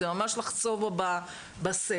זה ממש לחצוב בסלע.